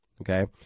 Okay